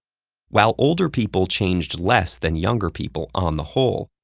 while older people changed less than younger people on the whole,